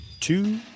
two